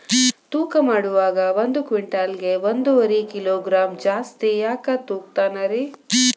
ತೂಕಮಾಡುವಾಗ ಒಂದು ಕ್ವಿಂಟಾಲ್ ಗೆ ಒಂದುವರಿ ಕಿಲೋಗ್ರಾಂ ಜಾಸ್ತಿ ಯಾಕ ತೂಗ್ತಾನ ರೇ?